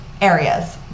areas